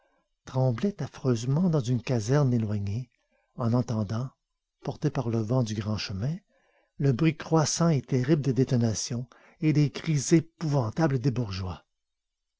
tremblaient affreusement dans une caserne éloignée en entendant porté par le vent du grand chemin le bruit croissant et terrible des détonations et les cris épouvantables des bourgeois